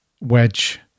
Wedge